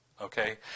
Okay